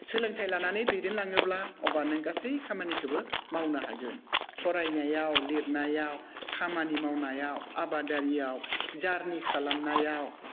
सोलोंथाइ लानानै दैदेनलाङोब्ला अब्ला नों गासै खामानिखौबो मावनो हागोन फरायनायाव लिरनायाव खामानि मावनायाव आबादारियाव जारनि खालामनायाव